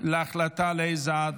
התשפ"ד 2024,